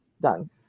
done